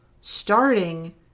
starting